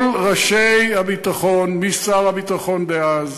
כל ראשי מערכת הביטחון, משר הביטחון דאז,